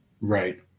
Right